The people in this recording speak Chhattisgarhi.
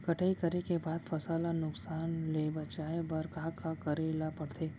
कटाई करे के बाद फसल ल नुकसान ले बचाये बर का का करे ल पड़थे?